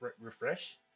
refresh